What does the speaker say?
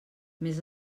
més